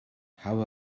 how